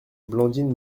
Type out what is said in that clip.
blandine